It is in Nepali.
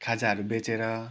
खाजाहरू बेचेर